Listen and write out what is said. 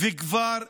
וכבר אי-אפשר,